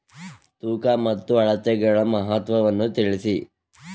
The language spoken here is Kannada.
ತೂಕ ಮತ್ತು ಅಳತೆಗಳ ಮಹತ್ವವನ್ನು ತಿಳಿಸಿ?